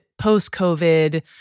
post-COVID